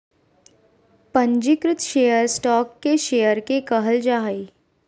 पंजीकृत share stock के share के कहल जा हइ